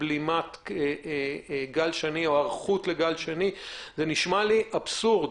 בלימת הגל השני, זה נשמע אבסורד